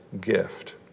gift